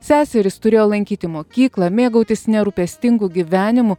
seserys turėjo lankyti mokyklą mėgautis nerūpestingu gyvenimu